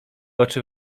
oczy